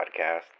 podcast